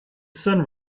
sun